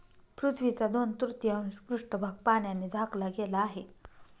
पृथ्वीचा दोन तृतीयांश पृष्ठभाग पाण्याने झाकला गेला आहे